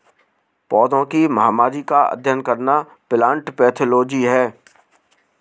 पौधों की महामारी का अध्ययन करना प्लांट पैथोलॉजी है